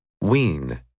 WEAN